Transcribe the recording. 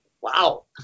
Wow